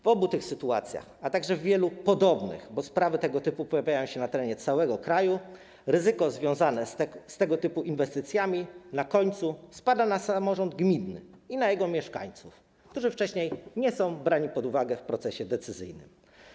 W obu tych sytuacjach, a także w wielu podobnych, bo sprawy tego typu pojawiają się na terenie całego kraju, ryzyko związane z tego typu inwestycjami na końcu obarcza samorząd gminny i jego mieszkańców, którzy wcześniej nie są brani pod uwagę w procesie decyzyjnym.